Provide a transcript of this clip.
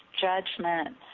judgment